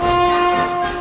well